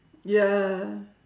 ya